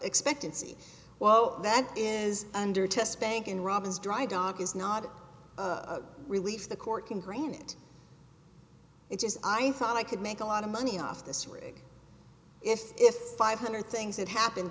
expectancy well that is under test bank in robbins dry dog is not a relief the court can grant it is i thought i could make a lot of money off this rig if if five hundred things that happened